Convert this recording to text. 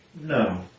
No